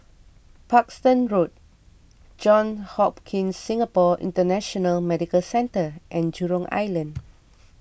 Parkstone Road Johns Hopkins Singapore International Medical Centre and Jurong Island